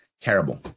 Terrible